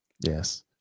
Yes